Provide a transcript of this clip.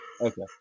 Okay